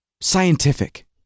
scientific